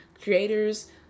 Creators